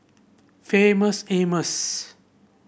Famous Amos